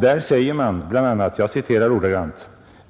Där säger man bl.a.: